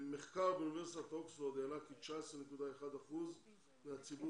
מחקר באוניברסיטת אוקספורד העלה כי 19.1 אחוזים מהציבור